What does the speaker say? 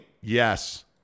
Yes